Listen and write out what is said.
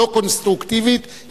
לא קונסטרוקטיבית,